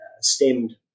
stemmed